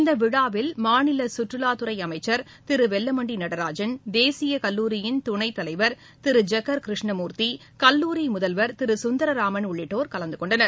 இந்த விழாவில் மாநில கற்றுலாத்துறை அமைச்சர் திரு வெல்லமண்டி நடராஜன் தேசிய கல்லூரியின் துணைத்தலைவர் திரு ஜக்கர் கிருஷ்ணமூர்த்தி கல்லூரி முதல்வர் திரு சுந்தரராமன் உள்ளிட்டோர் கலந்துகொண்டனர்